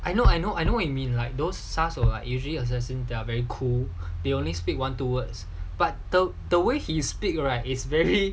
I know I know I know you mean like those 杀手 usually they assessing they are very cool they only speak one two words but the the way he speak right is very